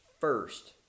first